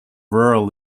rural